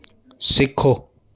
सिखो